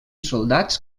soldats